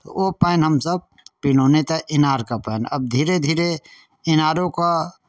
ओ पानि हमसभ पीलहुँ नहि तऽ इनारके पानि आब धीरे धीरे इनारोके